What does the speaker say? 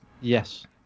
Yes